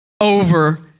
over